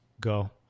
Go